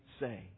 say